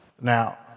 Now